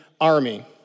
army